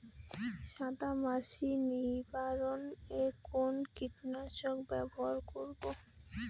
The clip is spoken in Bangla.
সাদা মাছি নিবারণ এ কোন কীটনাশক ব্যবহার করব?